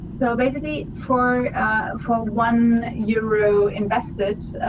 so, basically, for for one euro invested,